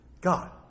God